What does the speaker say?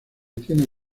tiene